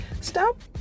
Stop